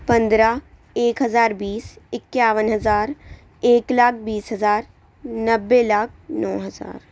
پندرہ ایک ہزار بیس اکیاون ہزار ایک لاکھ بیس ہزار نوّے لاکھ نو ہزار